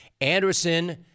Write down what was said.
Anderson